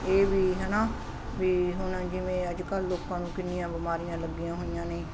ਇਹ ਵੀ ਹੈ ਨਾ ਵੀ ਹੁਣ ਜਿਵੇਂ ਅੱਜ ਕੱਲ੍ਹ ਲੋਕਾਂ ਨੂੰ ਕਿੰਨੀਆਂ ਬਿਮਾਰੀਆਂ ਲੱਗੀਆਂ ਹੋਈਆਂ ਨੇ